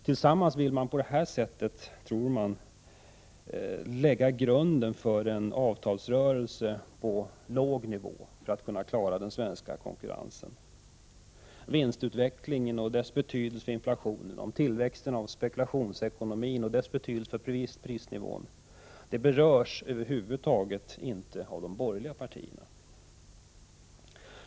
Tillsammans vill partierna på det här sättet — tror de — lägga grunden för en avtalsrörelse på låg nivå. Därmed tror de att de kan klara den svenska industrins konkurrenskraft. Vinstutvecklingen och dess betydelse för inflationen samt tillväxten av spekulationsekonomin och dess betydelse för prisnivån berörs över huvud taget inte av de borgerliga partierna.